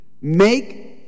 make